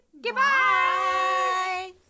Goodbye